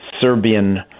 Serbian